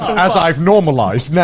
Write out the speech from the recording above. as i've normalized, now.